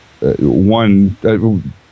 One